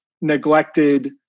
neglected